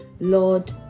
Lord